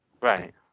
Right